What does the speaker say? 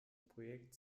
projekt